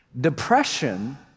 Depression